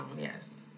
Yes